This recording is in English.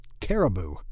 Caribou